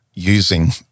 using